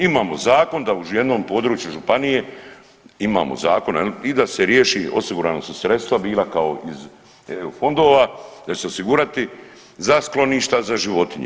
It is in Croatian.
Imamo zakon da u jednom području županije imamo zakon i da se riječi osigurana su sredstva bila kao iz eu fondova da će se osigurati za skloništa za životinje.